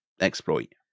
exploit